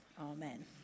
amen